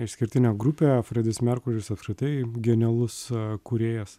išskirtinė grupė fredis merkuris apskritai genialus kūrėjas